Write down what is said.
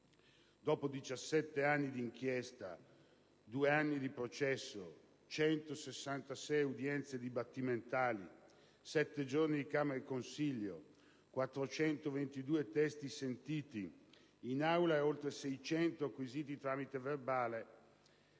dopo 17 anni di inchiesta, 2 anni di processo, 166 udienze dibattimentali, 7 giorni di camera di consiglio, 422 testi sentiti in aula e oltre 600 acquisiti tramite verbale,